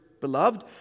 beloved